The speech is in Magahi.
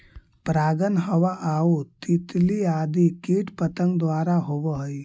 परागण हवा आउ तितली आदि कीट पतंग द्वारा होवऽ हइ